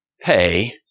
pay